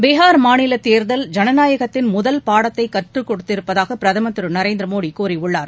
பிகார் மாநில தேர்தல் ஜனநாயகத்தின் முதல் பாடத்தை கற்றுக் கொடுத்திருப்பதாக பிரதமர் திரு நரேந்திர மோடி கூறியுள்ளார்